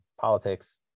Politics